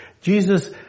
Jesus